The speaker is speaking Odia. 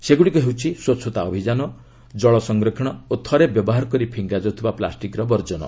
ସେଗୁଡ଼ିକ ହେଉଛି ସ୍ୱଚ୍ଚତା ଅଭିଯାନ ଜଳ ସଂରକ୍ଷଣ ଓ ଥରେ ବ୍ୟବହାର କରି ଫିଙ୍ଗାଯାଉଥିବା ପ୍ଲାଷ୍ଟିକ୍ର ବର୍ଜନ